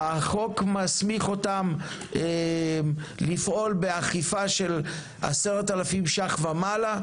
החוק מסמיך אותם לפעול באכיפה של 10 אלפים ש"ח ומעלה,